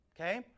okay